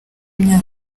imyaka